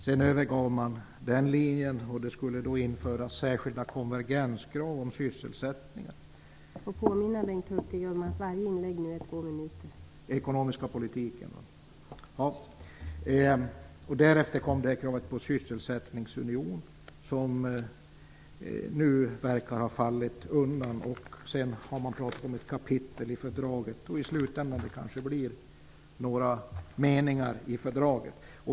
Sedan övergav man den linjen, och det skulle införas särskilda konvergenskrav om sysselsättningen. Därefter kom ett krav på en sysselsättningsunion, som nu verkar ha fallit undan. Sedan har man pratat om ett kapitel i fördraget, och i slutändan kanske det blir några meningar i fördraget.